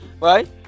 right